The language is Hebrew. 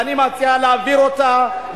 ואני מציע להעביר אותה,